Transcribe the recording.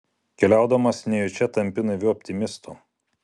keliaudamas nejučia tampi naiviu optimistu